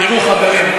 תראו, חברים,